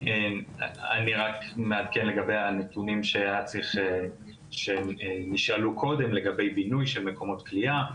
אני רק מעדכן לגבי הנתונים שנשאלו קודם לגבי בינוי של מקומות כליאה.